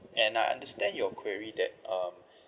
and I understand your query that um